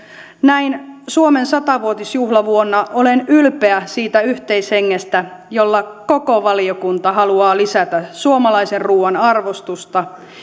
näin suomen sata vuotisjuhlavuonna olen ylpeä siitä yhteishengestä jolla koko valiokunta haluaa lisätä suomalaisen ruuan arvostusta